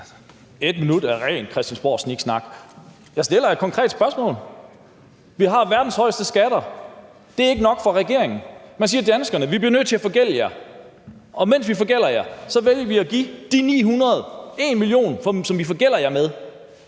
et minut med ren christiansborgsniksnak. Jeg stiller et konkret spørgsmål. Vi har verdens højeste skatter. Det er ikke nok for regeringen. Man siger til danskerne: Vi bliver nødt til at forgælde jer, og mens vi forgælder jer, vælger vi at give de 901 mio. kr., som vi forgælder jer med,